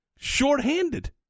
Short-handed